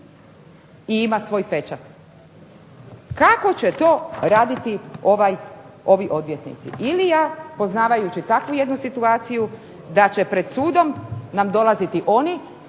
i ima svoj pečat. Kako će to raditi ovi odvjetnici ili ja poznavajući takvu jednu situaciju da će pred sudom nam dolaziti oni